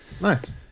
nice